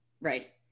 Right